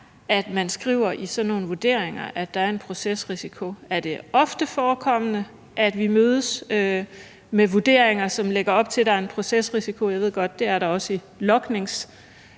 er, man skriver i sådan nogle vurderinger, at der er en procesrisiko. Er det ofte forekommende, at vi mødes med vurderinger, som lægger op til, at der er en procesrisiko? Jeg ved godt, at der også er det i